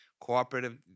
Cooperative